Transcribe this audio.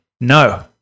No